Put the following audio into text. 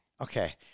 okay